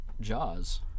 Jaws